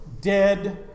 dead